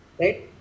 Right